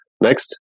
next